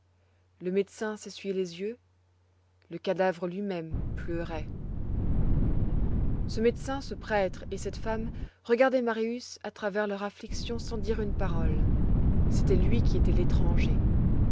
le médecin s'essuyait les yeux le cadavre lui-même pleurait ce médecin ce prêtre et cette femme regardaient marius à travers leur affliction sans dire une parole c'était lui qui était l'étranger